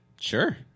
Sure